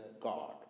God